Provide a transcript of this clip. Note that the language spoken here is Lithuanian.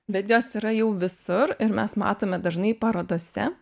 bet jos yra jau visur ir mes matome dažnai parodose